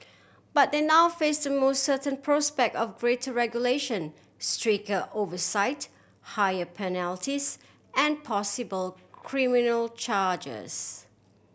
but they now face the most certain prospect of greater regulation stricter oversight higher penalties and possible criminal charges